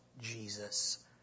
Jesus